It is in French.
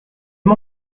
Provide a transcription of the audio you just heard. mon